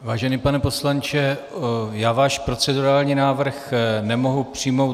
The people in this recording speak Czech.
Vážený pane poslanče, já váš procedurální návrh nemohu přijmout.